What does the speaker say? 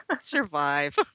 Survive